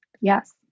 Yes